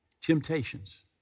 temptations